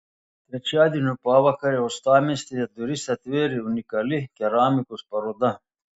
trečiadienio pavakarę uostamiestyje duris atvėrė unikali keramikos paroda